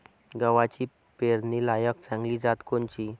गव्हाची पेरनीलायक चांगली जात कोनची?